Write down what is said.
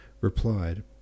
replied